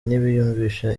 ntibiyumvisha